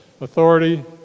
Authority